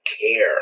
care